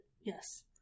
yes